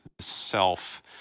self